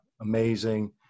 amazing